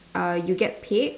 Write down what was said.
uh you get paid